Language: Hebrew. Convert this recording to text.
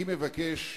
אני מבקש,